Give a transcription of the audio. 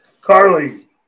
Carly